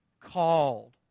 called